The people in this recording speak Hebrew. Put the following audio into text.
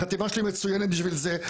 החתימה שלי מצוינת בשביל זה.